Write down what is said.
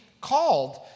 called